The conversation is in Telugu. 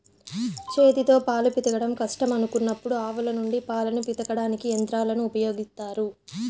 చేతితో పాలు పితకడం కష్టం అనుకున్నప్పుడు ఆవుల నుండి పాలను పితకడానికి యంత్రాలను ఉపయోగిత్తారు